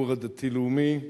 לציבור הדתי-לאומי,